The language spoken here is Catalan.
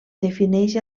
defineix